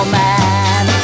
man